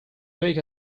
make